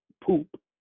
poop